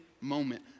moment